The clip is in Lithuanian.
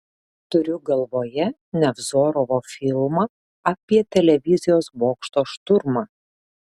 turiu galvoje nevzorovo filmą apie televizijos bokšto šturmą